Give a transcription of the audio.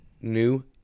New